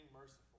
merciful